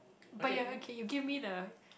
but you're okay you give me the